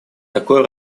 такое